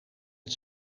het